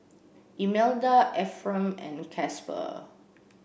Imelda Ephram and Casper